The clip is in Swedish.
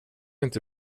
inte